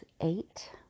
eight